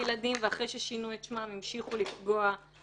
בילדים ואחרי שהם שינו את שמם הם המשיכו לפגוע בנערות.